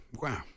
wow